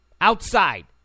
outside